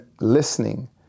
listening